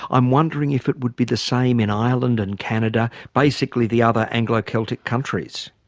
i'm wondering if it would be the same in ireland and canada, basically the other anglo-celtic countries?